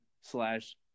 slash